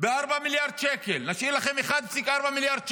ב-4 מיליארד שקל, נשאיר לכם 1.4 מיליארד שקל.